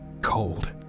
cold